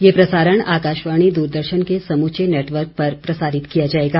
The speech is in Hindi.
यह प्रसारण आकाशवाणी दूरदर्शन के समूचे नेटवर्क पर प्रसारित किया जाएगा